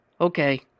Okay